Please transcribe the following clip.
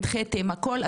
נדחיתם הכל,